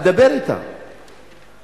תדבר אתם,